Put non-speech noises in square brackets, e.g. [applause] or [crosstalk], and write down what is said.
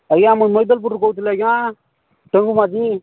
ଆଜ୍ଞା ମୁଁ [unintelligible] ପୁର୍ରୁ କହୁଥିଲି ଆଜ୍ଞା ସୋନୁ ମାଝି